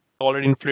already